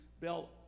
bell